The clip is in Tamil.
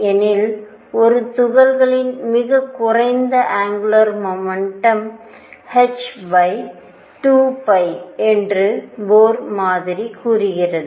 ஏனெனில் ஒரு துகளின் மிகக் குறைந்த ஆங்குலர் முமெண்டம்h2π என்று போர் மாதிரி கூறுகிறது